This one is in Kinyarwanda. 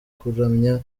kuramya